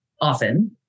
often